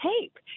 tape